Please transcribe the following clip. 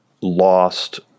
lost